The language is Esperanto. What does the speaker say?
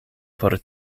por